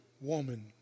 woman